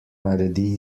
naredi